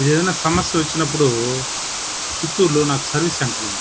ఇది ఏదైనా సమస్య వచ్చినప్పుడు చిత్తూరులో నాకు సర్వీస్ సెంటర్ ఉంది